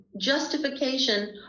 justification